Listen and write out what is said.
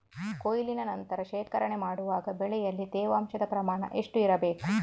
ಕೊಯ್ಲಿನ ನಂತರ ಶೇಖರಣೆ ಮಾಡುವಾಗ ಬೆಳೆಯಲ್ಲಿ ತೇವಾಂಶದ ಪ್ರಮಾಣ ಎಷ್ಟು ಇರಬೇಕು?